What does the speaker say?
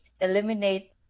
eliminate